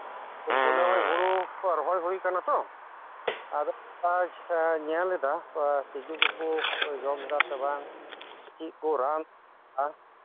ᱵᱚᱞᱮ ᱦᱚᱜᱚᱸᱭ ᱦᱩᱲᱩ ᱛᱷᱚᱲᱟ ᱨᱚᱦᱚᱭ ᱦᱩᱭ ᱟᱠᱟᱱᱟᱛᱚ ᱟᱫᱚ ᱛᱷᱚᱲᱟᱧ ᱧᱮᱞᱮᱫᱟ ᱛᱤᱡᱩ ᱠᱚᱠᱩ ᱡᱚᱢᱮᱫᱟ ᱥᱮ ᱵᱟᱝ ᱪᱮᱫᱠᱩ ᱨᱟᱱ ᱞᱟᱜᱟᱜ ᱟ